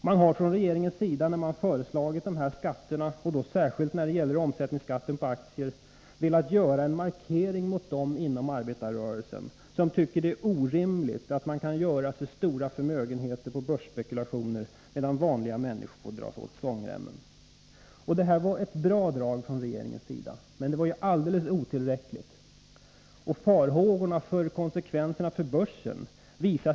När man från regeringens sida föreslagit dessa skatter, och då särskilt omsättningsskatten på aktier, har man velat göra en markering gentemot dem inom arbetarrörelsen som tycker att det är orimligt att somliga kan göra sig stora förmögenheter på börsspekulationer, medan vanliga människor får dra åt svångremmen. Men det här var ett bra drag från regeringens sida — det var bara alldeles otillräckligt. Farhågorna för konsekvenserna på börsen var helt obefogade.